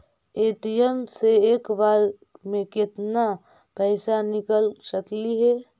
ATM से एक बार मे केत्ना पैसा निकल सकली हे?